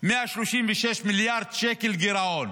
136 מיליארד שקל גירעון.